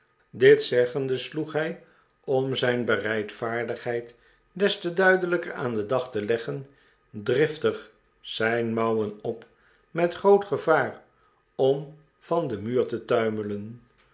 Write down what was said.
dit zeggende sloeg hij om zijn bereidvaardigheid des te duidelijker aan den dag te leggen driftig zijn mouwen op met groot gevaar om van den muur te tuimelen